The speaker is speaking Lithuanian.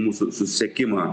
mūsų susisiekimą